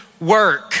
work